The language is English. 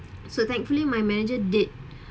so thankfully my manager did